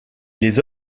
les